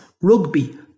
rugby